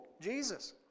Jesus